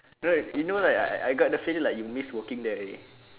no you know like I I got the feeling like you miss working there already